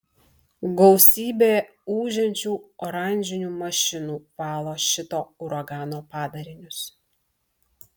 gausybė ūžiančių oranžinių mašinų valo šito uragano padarinius